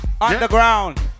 Underground